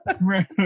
Right